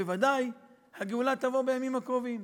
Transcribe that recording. בוודאי הגאולה תבוא בימים הקרובים.